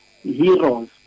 heroes